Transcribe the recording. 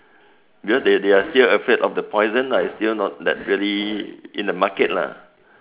because they they are still afraid of the poison lah it's still not like really in the market lah